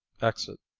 exit.